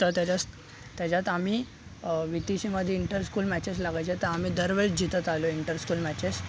तर त्याच्या त्याच्यात आम्ही वि ती शीमध्ये इंटरस्कूल मॅचेस लागायच्या तर आम्ही दरवेळेस जिंकत आलो आहे इंटरस्कूल मॅचेस